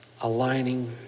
aligning